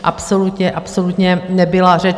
Absolutně, absolutně nebyla řeč.